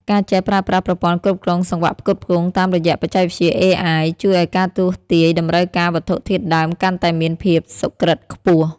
ការចេះប្រើប្រាស់ប្រព័ន្ធគ្រប់គ្រងសង្វាក់ផ្គត់ផ្គង់តាមរយៈបច្ចេកវិទ្យា AI ជួយឱ្យការទស្សន៍ទាយតម្រូវការវត្ថុធាតុដើមកាន់តែមានភាពសុក្រឹតខ្ពស់។